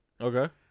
Okay